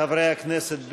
חברי הכנסת,